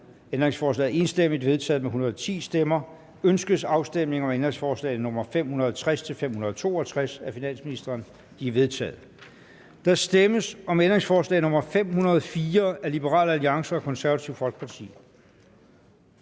Ændringsforslaget er forkastet. Ønskes afstemning om ændringsforslag nr. 551-553 af finansministeren? De er vedtaget. Der stemmes om ændringsforslag nr. 501 af Liberal Alliance. Jeg slutter